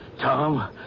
Tom